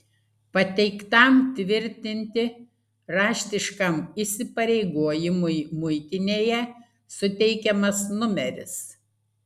pateiktam tvirtinti raštiškam įsipareigojimui muitinėje suteikiamas numeris